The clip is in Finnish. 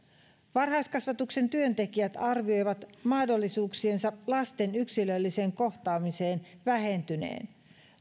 varhaiskasvatuksen työntekijät arvioivat mahdollisuuksiensa lasten yksilölliseen kohtaamiseen vähentyneen